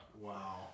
Wow